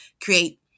create